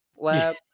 Lab